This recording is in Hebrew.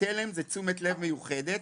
תל"ם זה תשומת לב מיוחדת,